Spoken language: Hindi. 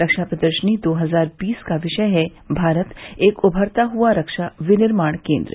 रक्षा प्रदर्शनी दो हजार बीस का विषय है भारत एक उमरता हुआ रक्षा विनिर्माण केन्द्र